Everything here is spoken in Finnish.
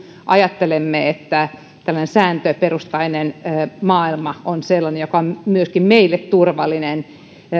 ajattelemme että tällainen sääntöperustainen maailma on sellainen joka on myöskin meille turvallinen